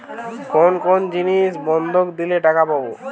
কোন কোন জিনিস বন্ধক দিলে টাকা পাব?